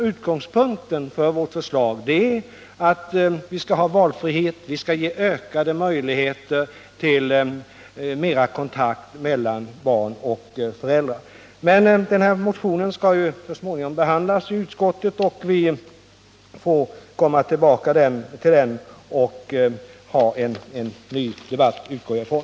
Utgångspunkten för vårt förslag är att man skall ha valfrihet. Vi skall ge ökade möjligheter till mera kontakt mellan barn och föräldrar. Denna motion kommer så småningom att behandlas i utskottet, och vi får komma tillbaka till den och ha en ny debatt. Det utgår jag ifrån.